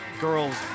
girls